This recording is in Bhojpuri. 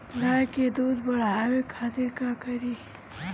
गाय के दूध बढ़ावे खातिर का करी?